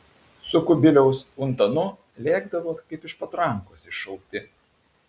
su kubiliaus untanu lėkdavot kaip iš patrankos iššauti